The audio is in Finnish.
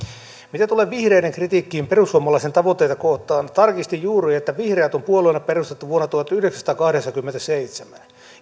mitä tulee vihreiden kritiikkiin perussuomalaisten tavoitteita kohtaan tarkistin juuri että vihreät on puolueena perustettu vuonna tuhatyhdeksänsataakahdeksankymmentäseitsemän